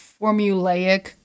formulaic